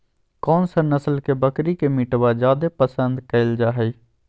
कौन सा नस्ल के बकरी के मीटबा जादे पसंद कइल जा हइ?